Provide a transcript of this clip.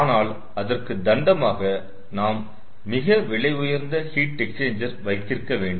ஆனால் அதற்கு தண்டமாக நாம் மிக விலை உயர்ந்த ஹீட் எக்ஸ்சேஞ்சர் வைத்திருக்க வேண்டும்